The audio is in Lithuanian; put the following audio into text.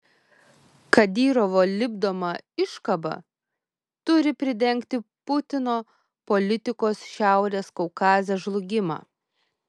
kadyrovo lipdoma iškaba turi pridengti putino politikos šiaurės kaukaze žlugimą